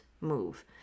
move